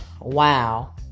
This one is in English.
Wow